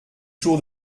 jours